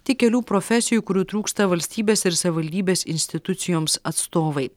tik kelių profesijų kurių trūksta valstybės ir savivaldybės institucijoms atstovai